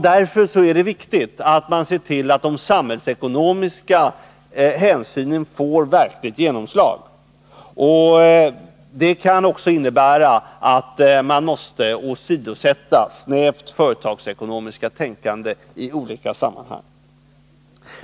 Därför är det viktigt att man ser till att de samhällsekonomiska hänsynen får ett verkligt genomslag. Det kan också innebära att man måste åsidosätta ett snävt företagsekonomiskt tänkande i olika sammanhang.